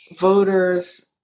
voters